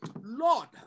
Lord